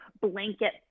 blanket